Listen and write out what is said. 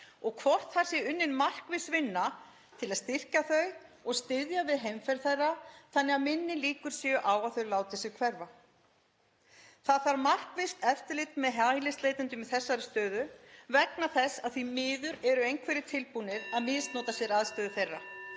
og hvort þar sé unnin markviss vinna til að styrkja þau og styðja við heimferð þeirra þannig að minni líkur séu á að þau láti sig hverfa. Það þarf markvisst eftirlit með hælisleitendum í þessari stöðu vegna þess að því miður eru einhverjir tilbúnir að misnota sér aðstöðu þeirra.